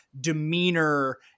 demeanor